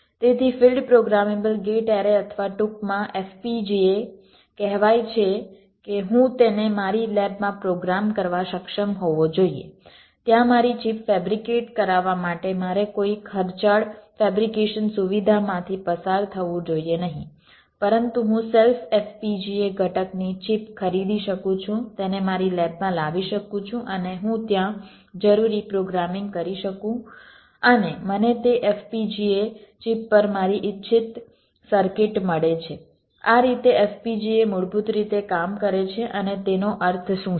તેથી field programmable gate array અથવા ટૂંકમાં FPGA કહેવાય છે કે હું તેને મારી લેબ માં પ્રોગ્રામ કરવા સક્ષમ હોવો જોઈએ ત્યાં મારી ચિપ ફેબ્રિકેટ કરાવવા માટે મારે કોઈ ખર્ચાળ ફેબ્રિકેશન સુવિધામાંથી પસાર થવું જોઈએ નહીં પરંતુ હું સેલ્ફ FPGA ઘટકની ચિપ ખરીદી શકું છું તેને મારી લેબમાં લાવી શકું છું અને હું ત્યાં જરૂરી પ્રોગ્રામિંગ કરી શકું અને મને તે FPGA ચિપ પર મારી ઇચ્છિત સર્કિટ મળે છે આ રીતે FPGA મૂળભૂત રીતે કામ કરે છે અને તેનો અર્થ શું છે